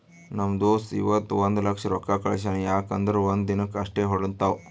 ನಮ್ ದೋಸ್ತ ಇವತ್ ಒಂದ್ ಲಕ್ಷ ರೊಕ್ಕಾ ಕಳ್ಸ್ಯಾನ್ ಯಾಕ್ ಅಂದುರ್ ಒಂದ್ ದಿನಕ್ ಅಷ್ಟೇ ಹೋತಾವ್